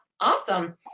awesome